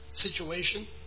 situation